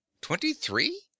Twenty-three